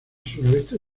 sureste